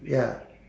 ya